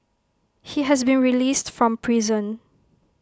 he has been released from prison